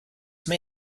may